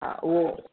हा उहो